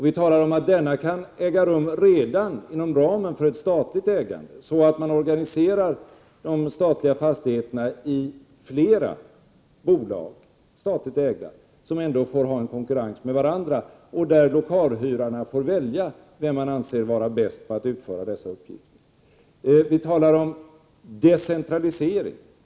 Vi talar om att denna kan äga rum redan inom ramen för ett statligt ägande, så att man organiserar de statliga fastigheterna i flera, statligt ägda bolag, som får konkurrera med varandra och där lokalhyrarna får välja den som de anser vara bäst på att utföra uppgifterna. Vi talar vidare om decentralisering.